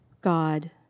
God